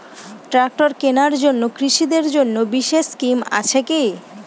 Tractor কেনার জন্য কৃষকদের জন্য বিশেষ স্কিম আছে কি?